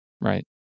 right